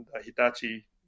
Hitachi